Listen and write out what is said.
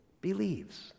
believes